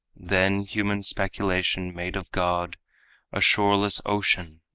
then human speculation made of god a shoreless ocean,